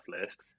list